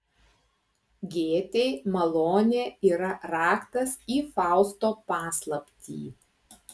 gėtei malonė yra raktas į fausto paslaptį